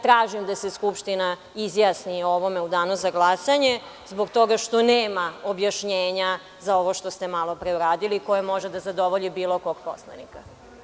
Tražim da se Skupština izjasni o ovome u Danu za glasanje, zbog toga što nema objašnjenja za ovo što ste malopre uradili, a koje može da zadovolji bilo kog poslanika.